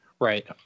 Right